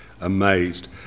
amazed